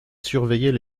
surveillaient